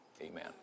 Amen